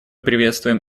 приветствуем